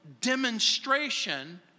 demonstration